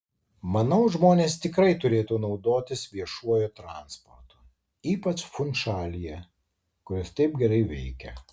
manau žmonės tikrai turėtų naudotis viešuoju transportu ypač funšalyje kur jis taip gerai veikia